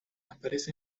aparece